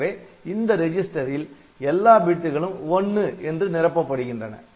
ஆகவே அந்த ரிஜிஸ்டரில் எல்லா பிட்டுகளும் '1' என நிரப்பப்படுகின்றன